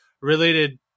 related